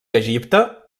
egipte